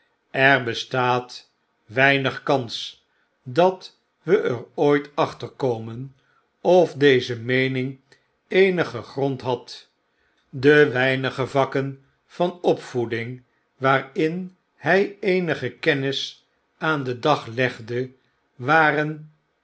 er bestaat weinig kans dat we er ooit achter komen of deze meening eenigen grond had de weinige vakken van t pvoeding waarin hy eenige kennis aan den dag legde waren